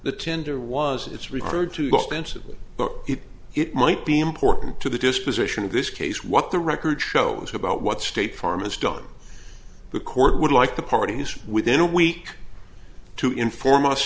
the tender was it's referred to go pensively but if it might be important to the disposition of this case what the record shows about what state farm is done the court would like the parties within a week to inform us